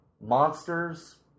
monsters